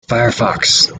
firefox